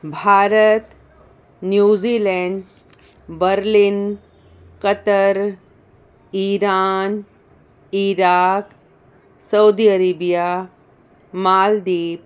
Bharat New Zealand Berlin Qatar Iran Iraq Saudi Arabia Maldives